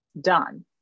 done